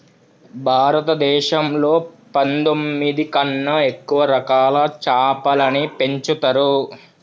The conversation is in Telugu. భారతదేశంలో పందొమ్మిది కన్నా ఎక్కువ రకాల చాపలని పెంచుతరు